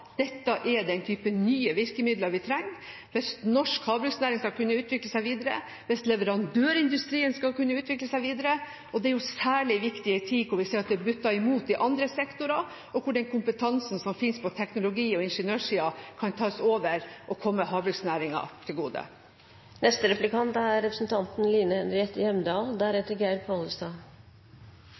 dette er den type nye virkemidler vi trenger hvis norsk havbruksnæring skal kunne utvikle seg videre, og hvis leverandørindustrien skal kunne utvikle seg videre. Og det er særlig viktig i en tid hvor vi ser at det butter imot i andre sektorer, og hvor den kompetansen som fins på teknologi- og ingeniørsida, kan tas over og komme havbruksnæringen til gode.